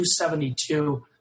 272